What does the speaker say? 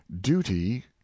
duty